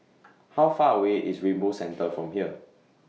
How Far away IS Rainbow Centre from here